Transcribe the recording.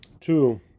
two